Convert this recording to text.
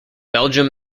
belgium